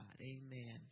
Amen